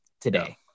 today